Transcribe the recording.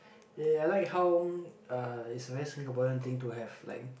eh I like how uh is a very Singaporean thing to have like